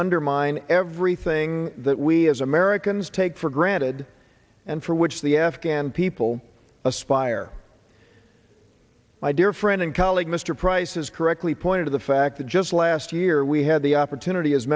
undermine everything that we as american take for granted and for which the afghan people aspire my dear friend and colleague mr price has correctly pointed to the fact that just last year we had the opportunity as